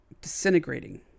disintegrating